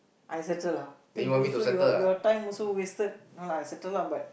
I settle lah think you also your time also wasted no lah I settle lah but